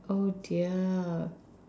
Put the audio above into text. oh dear